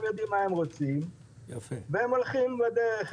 הם יודעים מה הם רוצים והם הולכים בדרך,